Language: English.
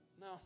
No